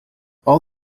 all